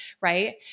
right